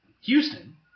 Houston